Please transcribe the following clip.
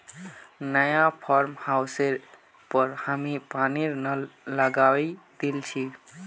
नया फार्म हाउसेर पर हामी पानीर नल लगवइ दिल छि